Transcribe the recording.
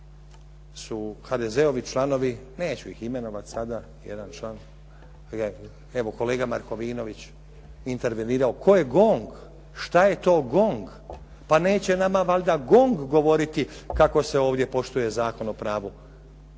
su HDZ-ovi članovi, neću ih imenovat sada, jedan član, evo kolega Markovinović intervenirao, tko je GONG, šta je to GONG, pa neće nama valjda GONG govoriti kako se ovdje poštuje Zakon o pravu